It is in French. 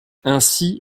ainsi